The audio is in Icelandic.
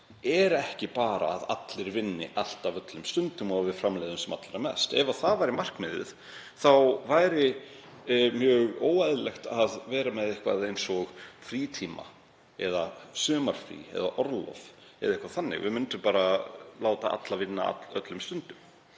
er ekki bara að allir vinni alltaf öllum stundum og að við framleiðum sem allra mest. Ef það væri markmiðið þá væri mjög óeðlilegt að vera með eitthvað eins og frítíma eða sumarfrí eða orlof eða eitthvað þannig. Við myndum bara láta alla vinna öllum stundum.